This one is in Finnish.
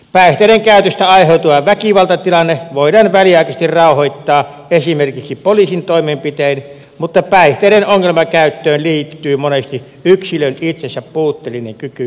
päihteiden käytöstä aiheutuva väkivaltatilanne voidaan väliaikaisesti rauhoittaa esimerkiksi poliisin toimenpitein mutta päihteiden ongelmakäyttöön liittyy monesti yksilön itsensä puutteellinen kyky ymmärtää tilansa